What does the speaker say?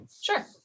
Sure